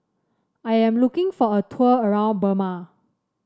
I am looking for a tour around Burma